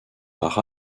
par